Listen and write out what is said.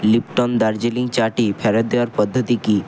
Lipton Darjeeling চাটি ফেরত দেওয়ার পদ্ধতি কী